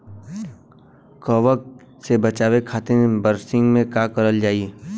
कवक से बचावे खातिन बरसीन मे का करल जाई?